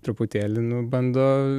truputėlį nu bando